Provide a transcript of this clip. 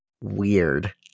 weird